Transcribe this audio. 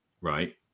right